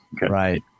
Right